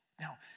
Now